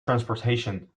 transportation